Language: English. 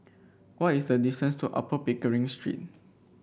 what is the distance to Upper Pickering Street